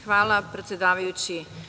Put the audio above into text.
Hvala predsedavajući.